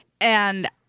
and-